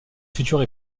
future